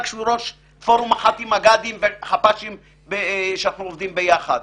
שהוא ראש פורום מח"טים מג"דים וחפ"שים שאנחנו עובדים ביחד.